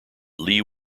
lee